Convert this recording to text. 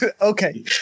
Okay